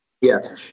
Yes